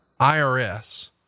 IRS